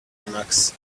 emacs